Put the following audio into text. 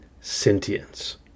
sentience